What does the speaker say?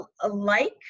alike